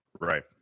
Right